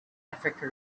africa